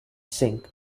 sink